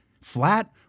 Flat